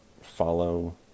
Follow